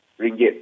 ringgit